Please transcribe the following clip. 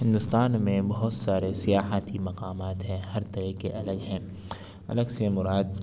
ہندوستان میں بہت سارے سیاحتی مقامات ہیں ہر طریقے الگ ہیں الگ سے مراد